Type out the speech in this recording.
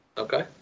Okay